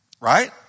Right